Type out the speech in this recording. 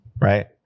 right